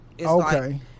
Okay